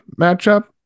matchup